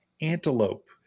antelope